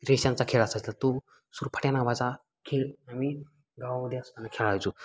रेषांचा खेळ असायचा तो सुरफाट्या नावाचा खेळ आम्ही गावामध्ये असताना खेळायचो